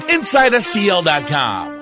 InsideSTL.com